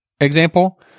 Example